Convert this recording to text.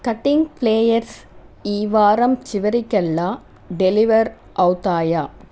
cutting players ఈ వారం చివరికల్లా డెలివర్ అవుతాయా